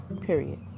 Period